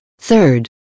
third